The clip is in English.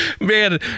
man